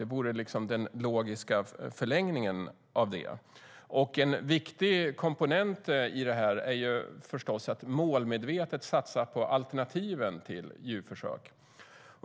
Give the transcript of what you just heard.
Det vore den logiska förlängningen. En viktig komponent i det här är förstås att målmedvetet satsa på alternativen till djurförsök.